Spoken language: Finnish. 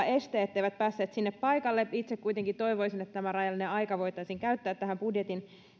este etteivät päässeet paikalle itse kuitenkin toivoisin että tämä rajallinen aika voitaisiin käyttää tähän budjetin